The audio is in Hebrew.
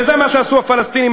וזה מה שעשו הפלסטינים,